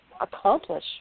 accomplish